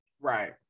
Right